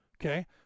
okay